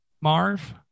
Marv